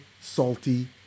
salty